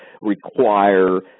require